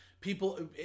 people